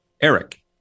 Eric